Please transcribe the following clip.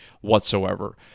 whatsoever